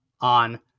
on